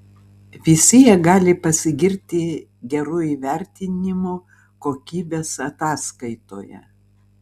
visi jie gali pasigirti geru įvertinimu kokybės ataskaitoje